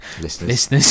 listeners